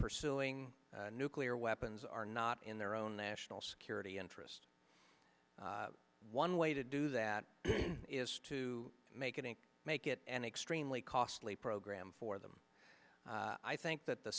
pursuing nuclear weapons are not in their own national security interest one way to do that is to make it and make it an extremely costly program for them i think that the